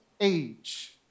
age